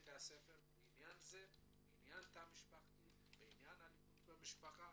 בבתי הספר בעניין התא המשפחתי ואלימות במשפחה,